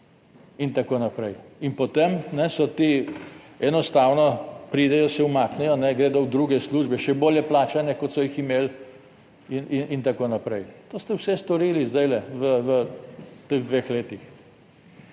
in tako naprej in potem enostavno pridejo, se umaknejo, gredo v druge službe, še bolje plačane, kot so jih imeli in tako naprej. To ste vse storili zdaj v teh dveh letih.